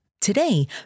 Today